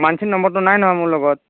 মাঞ্চী নম্বৰটো নাই নহয় মোৰ লগত